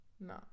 No